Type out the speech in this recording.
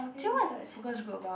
actually what is focus group about